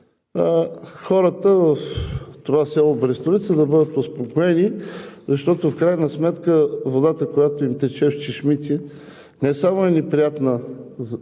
хората в това село Брестовица да бъдат успокоени, защото в крайна сметка водата, която им тече от чешмите, не само е неприятна на